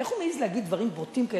איך הוא מעז להגיד דברם בוטים כאלה?